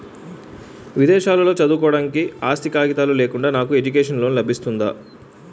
విదేశాలలో చదువుకోవడానికి ఆస్తి కాగితాలు లేకుండా నాకు ఎడ్యుకేషన్ లోన్ లబిస్తుందా?